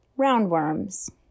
roundworms